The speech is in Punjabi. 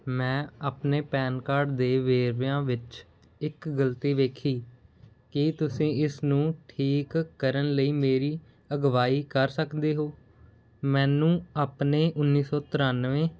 ਮੈਂ ਆਪਣੇ ਪੈਨ ਕਾਰਡ ਦੇ ਵੇਰਵਿਆਂ ਵਿੱਚ ਇੱਕ ਗਲਤੀ ਵੇਖੀ ਕੀ ਤੁਸੀਂ ਇਸ ਨੂੰ ਠੀਕ ਕਰਨ ਲਈ ਮੇਰੀ ਅਗਵਾਈ ਕਰ ਸਕਦੇ ਹੋ ਮੈਨੂੰ ਆਪਣੇ ਉੱਨੀ ਸੌ ਤਰਿਆਨਵੇਂ